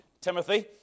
Timothy